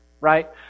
right